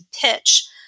pitch